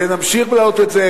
ונמשיך להעלות את זה.